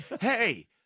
Hey